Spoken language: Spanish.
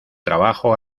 trabajo